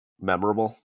memorable